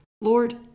Lord